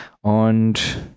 Und